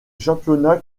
championnats